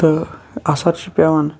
تہٕ اَثَر چھُ پیٚوان